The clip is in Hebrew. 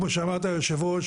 כמו שאמרת יושב הראש,